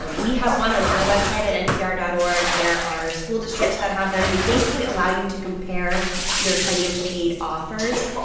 and we have one on our website at npr dot org. there are school districts that have them. they basically allow you to compare your financial aid offers.